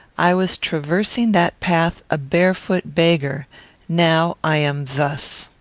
i was traversing that path a barefoot beggar now i am thus.